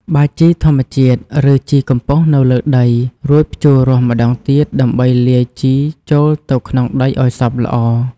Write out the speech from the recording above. បាចជីធម្មជាតិ ឬជីកំប៉ុស្តនៅលើដី រួចភ្ជួររាស់ម្តងទៀតដើម្បីលាយជីចូលទៅក្នុងដីឱ្យសព្វល្អ។